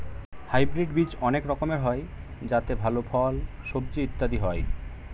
hybrid বীজ অনেক রকমের হয় যাতে ভালো ফল, সবজি ইত্যাদি হয়